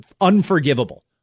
unforgivable